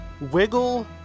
Wiggle